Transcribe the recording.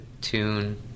tune